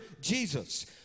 Jesus